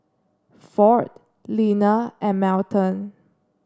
Ford Leaner and Melton